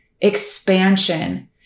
expansion